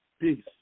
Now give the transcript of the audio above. peace